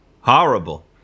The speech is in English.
horrible